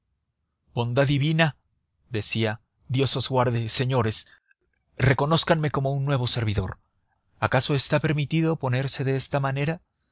bondad divina decía dios os guarde señores reconózcanme como un nuevo servidor acaso está permitido ponerse de esta manera